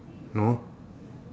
no